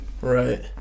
right